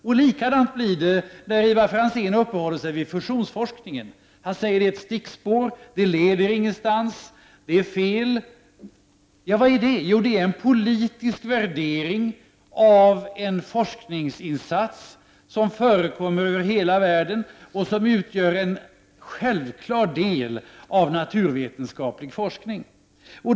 På samma sätt blir det när Ivar Franzén uppehåller sig vid fusionsforskningen. I ett stickspår säger han att den inte leder någonstans och är fel. Vad är det? Jo, det är en politisk värdering av en forskningsinsats som förekommer i hela världen och som utgör en självklar del i naturvetenskaplig forskning.